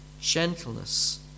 gentleness